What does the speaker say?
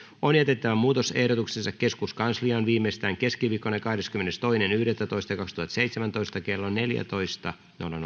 on jätettävä muutosehdotuksensa keskuskansliaan viimeistään keskiviikkona kahdeskymmenestoinen yhdettätoista kaksituhattaseitsemäntoista kello neljätoista